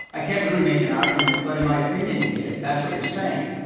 i can't really make an argument. but in my opinion, it did. that's what you're saying.